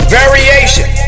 variation